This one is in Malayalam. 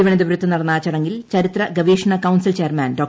തിരുവനന്തപുരത്ത് നടന്ന ചടങ്ങിൽ ചരിത്ര ഗവേഷണ കൌൺസിൽ ചെയർമാൻ ഡോ